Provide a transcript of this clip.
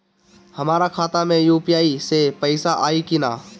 हमारा खाता मे यू.पी.आई से पईसा आई कि ना?